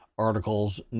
articles